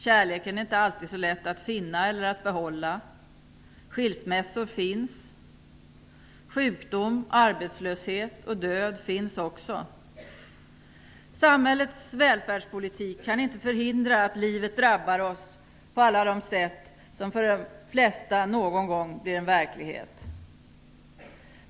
Kärleken är inte alltid så lätt att finna eller att behålla. Skilsmässor finns, liksom också sjukdom, arbetslöshet och död. Samhällets välfärdspolitik kan inte förhindra att livet drabbar oss på alla dessa sätt, som för de flesta någon gång blir en verklighet.